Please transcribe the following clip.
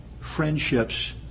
friendships